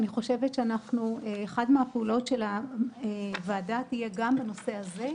ואני חושבת שאחת מהפעולות של הוועדה תהיה גם בנושא הזה.